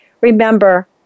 remember